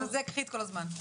לזה קחי את כל הזמן.